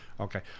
okay